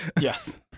Yes